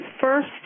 First